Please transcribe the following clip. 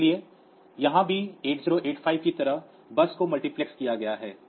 इसलिए यहां भी 8085 की तरह बस को मल्टीप्लेक्स किया गया है